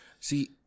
See